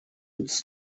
its